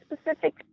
specific